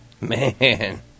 Man